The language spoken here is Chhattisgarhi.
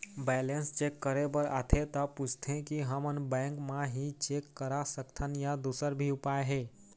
बैलेंस चेक करे बर आथे ता पूछथें की हमन बैंक मा ही चेक करा सकथन या दुसर भी उपाय हे?